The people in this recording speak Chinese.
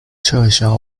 撤销